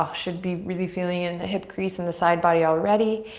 um should be really feeling in the hip crease and the side body already.